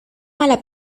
mala